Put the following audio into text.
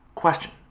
question